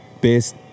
best